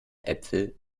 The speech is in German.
äpfel